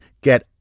Get